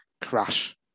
crash